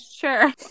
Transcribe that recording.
sure